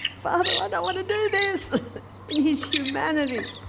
father, i don't want to do this in his humanity.